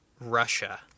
Russia